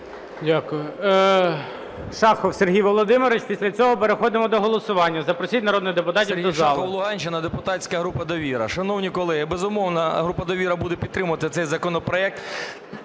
Дякую. Шахов Сергій Володимирович. Після цього переходимо до голосування. Запросіть народних депутатів до зали.